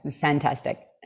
Fantastic